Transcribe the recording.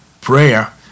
prayer